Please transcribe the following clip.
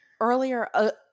Earlier